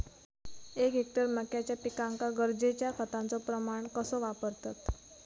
एक हेक्टर मक्याच्या पिकांका गरजेच्या खतांचो प्रमाण कसो वापरतत?